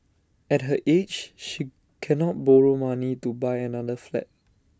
at her age she cannot borrow money to buy another flat